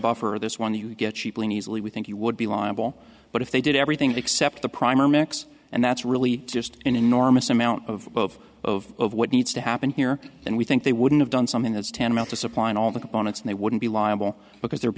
buffer or this one you get cheaply and easily we think you would be liable but if they did everything except the prime next and that's really just an enormous amount of of what needs to happen here and we think they wouldn't have done something that's tantamount to supplying all the components and they wouldn't be liable because there